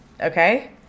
Okay